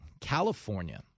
California